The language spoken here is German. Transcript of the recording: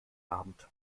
abend